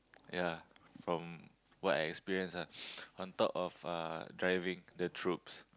ya from what I experience ah on top of driving the troops